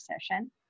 session